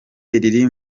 riri